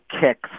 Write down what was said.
kicks